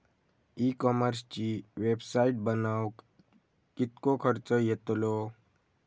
E कॉमर्सची website बनवक किततो खर्च येतलो?